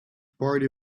party